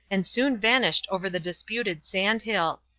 and soon vanished over the disputed sand-hill.